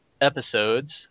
episodes